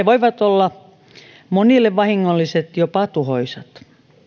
voivat olla monille vahingolliset jopa tuhoisat